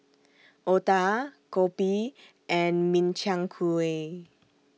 Otah Kopi and Min Chiang Kueh